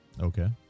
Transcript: Okay